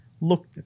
looked